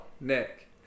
Nick